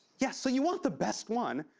yeah, so you want the best one,